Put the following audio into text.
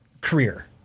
career